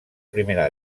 primera